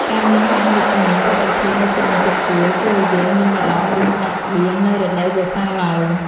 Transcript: ការមានហាងលក់ទំនិញគ្រប់ប្រភេទនៅជិតបន្ទប់ជួលជួយឱ្យយើងមិនបារម្ភរឿងដាច់ស្បៀងនៅរដូវវស្សាឡើយ។